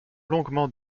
longuement